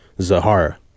zahara